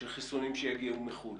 של חיסונים שיגיעו מחו"ל.